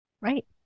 right